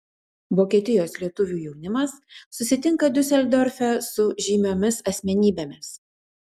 vokietijos lietuvių jaunimas susitinka diuseldorfe su žymiomis asmenybėmis